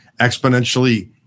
exponentially